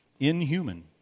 Inhuman